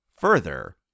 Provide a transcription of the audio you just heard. Further